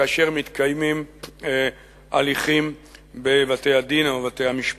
כאשר מתקיימים הליכים בבתי-הדין או בבתי-המשפט.